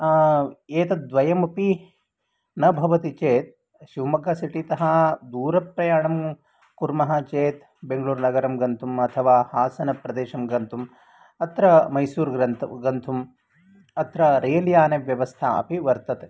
एतद्द्वयमपि न भवति चेत् शिव्मोग्गा सीटी तः दूरप्रयाणं कुर्मः चेत् बेङ्गलोर्नगरं गन्तुम् अथवा हासनप्रदेशं गन्तुम् अत्र मैसूर् गन्तुं अत्र रेय्ल् यानव्यवस्था अपि वर्तते